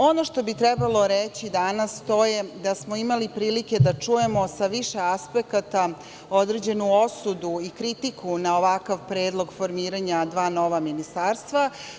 Ono što bi trebalo reći danas to je da smo imali prilike da čujemo sa više aspekata određenu osudu i kritiku na ovakav predlog formiranja dva nova ministarstva.